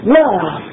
love